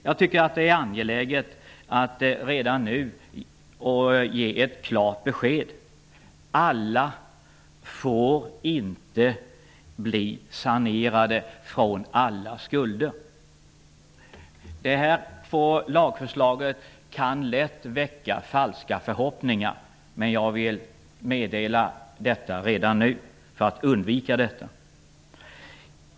Jag tycker att det är angeläget att redan nu ge ett klart besked: Alla får inte bli sanerade från alla skulder. Det här lagförslaget kan lätt väcka falska förhoppningar. Jag vill meddela det redan nu för att undvika något sådant.